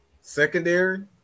Secondary